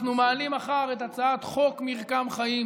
אנחנו מעלים מחר את הצעת חוק מרקם חיים,